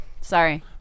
sorry